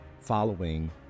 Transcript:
following